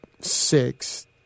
six